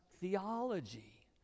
theology